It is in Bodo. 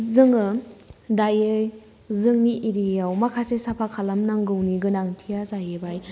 जोङो दायो जोंनि एरियाआव माखासे साफा खालाम नांगौनि गोनांथिया जाहैबाय